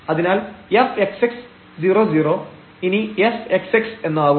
അതിനാൽ fxx 00 ഇനി fxx എന്നാവും